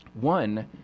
One